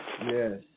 yes